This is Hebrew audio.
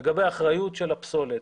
לגבי האחריות של הפסולת,